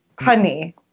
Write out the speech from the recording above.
Honey